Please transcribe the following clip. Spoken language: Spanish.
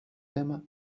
tema